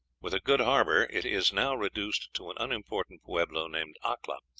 with a good harbor, it is now reduced to an unimportant pueblo named acla.